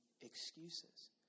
excuses